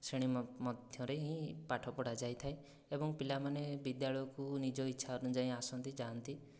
ଶ୍ରେଣୀ ମଧ୍ୟରେ ହିଁ ପାଠ ପଢ଼ାଯାଇଥାଏ ଏବଂ ପିଲାମାନେ ବିଦ୍ୟାଳୟକୁ ନିଜ ଇଚ୍ଛା ଅନୁଯାୟୀ ଆସନ୍ତି ଯାଆନ୍ତି